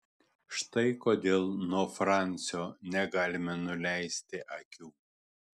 štai kodėl nuo fransio negalime nuleisti akių